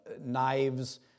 knives